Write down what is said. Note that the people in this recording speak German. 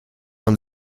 man